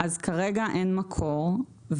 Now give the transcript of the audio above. כרגע אין מקור.